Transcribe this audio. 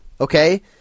okay